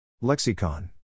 Lexicon